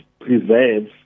preserves